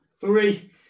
Three